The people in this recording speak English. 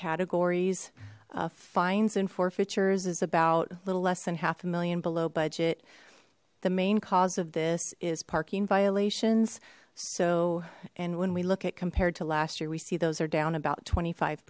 categories fines and forfeitures is about a little less than half a million below budget the main cause of this is parking violations so and when we look at compared to last year we see those are down about twenty five